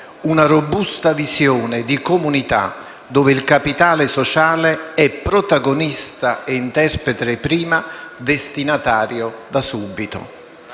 una robusta visione di comunità, dove il capitale sociale è protagonista e interprete prima, destinatario da subito.